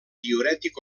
diürètic